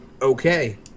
Okay